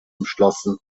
umschlossen